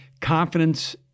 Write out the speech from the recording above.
confidence